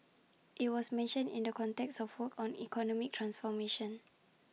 IT was mentioned in the context of work on economic transformation